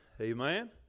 Amen